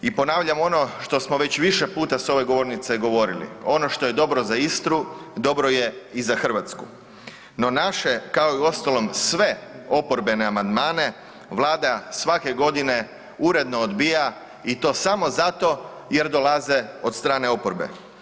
I ponavljam ono što smo već više puta s ove govornice govorili, ono što je dobro za Istru dobro je i za Hrvatsku. no naše kao i uostalom oporbene amandmane Vlada svake godine uredno odbija i to samo zato jer dolaze od strane oporbe.